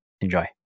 Enjoy